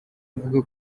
ivuga